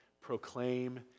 proclaim